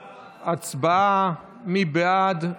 הצבעה, מי בעד?